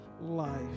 life